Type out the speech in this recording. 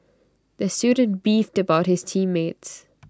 the student beefed about his team mates